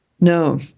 No